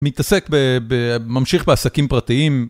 מתעסק בממשיך בעסקים פרטיים.